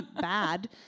bad